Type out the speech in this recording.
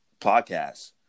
podcast